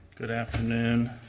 good afternoon.